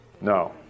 No